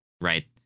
right